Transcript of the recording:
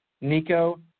Nico